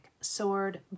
sword